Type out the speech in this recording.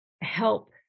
Help